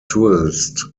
tourist